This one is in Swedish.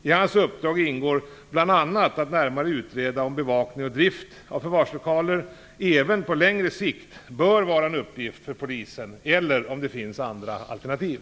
I hans uppdrag ingår bl.a. att närmare utreda om bevakning och drift av förvarslokaler även på längre sikt bör vara en uppgift för polisen eller om det finns andra alternativ.